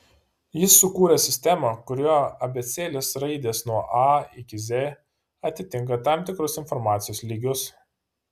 jis sukūrė sistemą kurioje abėcėlės raidės nuo a iki z atitinka tam tikrus informacijos lygius